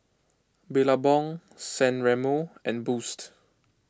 Billabong San Remo and Boost